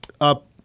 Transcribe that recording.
up